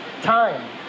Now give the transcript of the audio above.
time